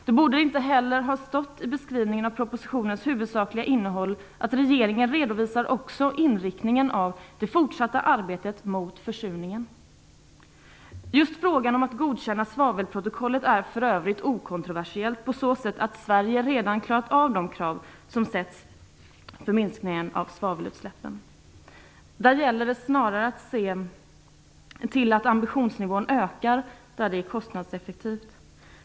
Det borde heller inte ha stått i beskrivningen av propositionens huvudsakliga innehåll: "Regeringen redovisar också inriktningen av det fortsatta arbetet mot försurningen." Just frågan om att godkänna svavelprotokollet är för övrigt okontroversiell på så sätt att Sverige redan har klarat av de krav som sätts för minskningen av svavelutsläppen. Där gäller det snarare att se till att ambitionsnivån ökar där det är kostnadseffektivt.